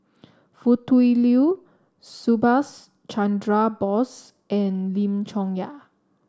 Foo Tui Liew Subhas Chandra Bose and Lim Chong Yah